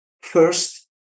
first